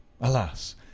Alas